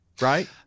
Right